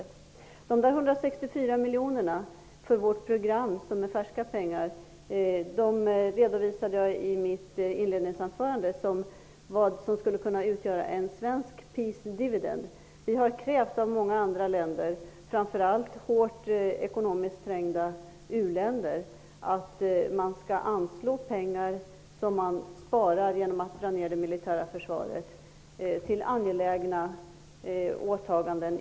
De färska pengarna, de 164 miljoner kronorna, i vårt program redovisade jag för i mitt inledningsanförande. De skulle kunna utgöra en svensk ''Peace dividend''. Vi har krävt av många andra länder, framför allt av hårt ekonomiskt trängda u-länder, att de skall anslå pengar till angelägna åtaganden inom miljöområdet eller för att främja fred och säkerhet.